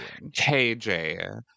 KJ